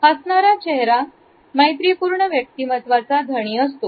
हसणारा चेहरा मैत्रीपूर्ण व्यक्तिमत्वाचा धनी असतो